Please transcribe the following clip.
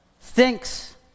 thinks